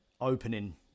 opening